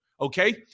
Okay